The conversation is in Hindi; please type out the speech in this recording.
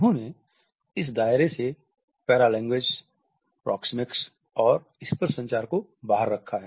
उन्होंने इस दायरे से पैरालेंग्वेज प्रोक्सेमिक्स और स्पर्श संचार को बाहर रखा है